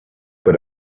but